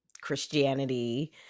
Christianity